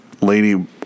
lady